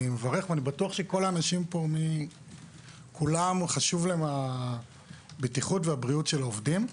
אני בטוח שלכל האנשים פה חשובה הבטיחות והבריאות של עובדים.